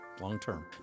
long-term